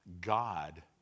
God